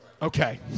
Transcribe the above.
Okay